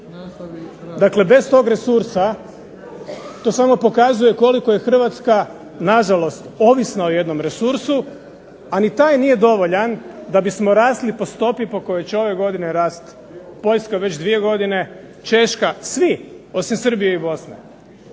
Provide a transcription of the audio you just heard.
Dakle, bez tog resursa to samo pokazuje koliko je Hrvatska nažalost ovisna o jednom resursu, a ni taj nije dovoljan da bismo rasli po stopi po kojoj će ove godine rasti. Poljska već dvije godine, Češka, svi osim Srbije i Bosne.